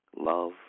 love